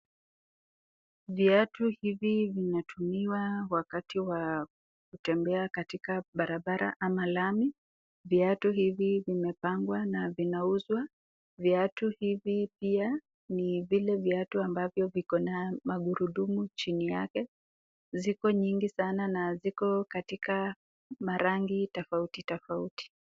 Viatu hivi vinatumiwa wakati wa kutembea katika barabara ama lami viatu hivi vimepangawa na vinauzwa viatu hivi pia ni vile viatu ambavyo vikona magurudumu chini yake ziko nyingi sana na ziko katika matangi tafauti tafauti.